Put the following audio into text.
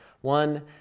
One